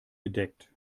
gedeckt